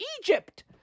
Egypt